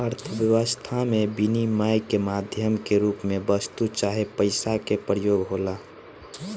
अर्थव्यस्था में बिनिमय के माध्यम के रूप में वस्तु चाहे पईसा के प्रयोग होला